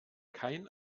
kein